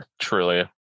truly